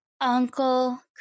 Uncle